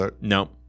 No